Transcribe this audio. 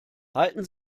halten